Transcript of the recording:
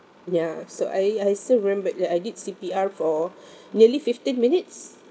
ya so I I still remembered that I did C_P_R for nearly fifteen minutes